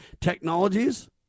technologies